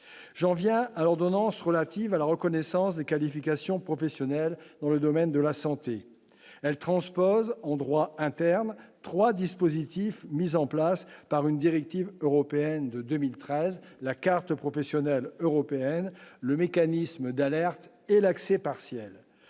j'en viens alors donnant s'relative à la reconnaissance des qualifications professionnelles dans le domaine de la santé, elle transpose en droit interne 3 dispositifs mis en place par une directive européenne de 2013 la carte professionnelle européenne le mécanisme d'alerte et l'accès partiel,